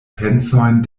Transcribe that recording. pensojn